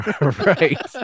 Right